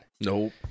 Nope